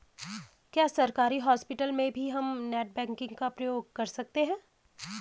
क्या सरकारी हॉस्पिटल में भी हम नेट बैंकिंग का प्रयोग कर सकते हैं?